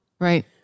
Right